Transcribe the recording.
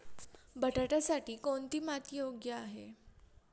बटाट्यासाठी कोणती माती योग्य आहे?